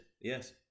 Yes